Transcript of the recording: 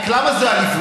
רק למה זה עליבות?